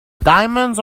diamonds